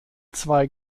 zwei